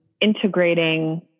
integrating